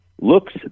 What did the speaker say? looks